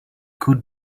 could